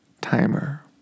timer